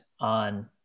on